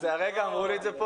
הרגע אמרו לי את זה.